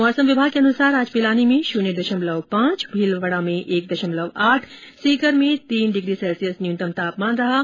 मौसम विभाग के अनुसार आज पिंलानी में शून्य दशमलव पांच भीलवाड़ा में एक दशमलव आठ सीकर में तीन डिग्री सैल्सियस न्यूनतम तापमान दर्ज किया गया